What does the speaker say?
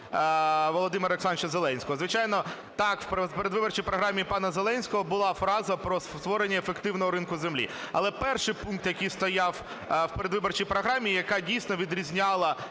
Володимира Олександровича Зеленського. Звичайно, так, в передвиборчій програмі пана Зеленського була фраза про створення ефективного ринку землі. Але перший пункт, який стояв в передвиборчій програмі, і яка дійсно відрізняла